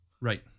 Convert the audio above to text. Right